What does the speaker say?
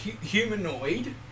humanoid